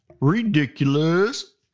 Ridiculous